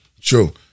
True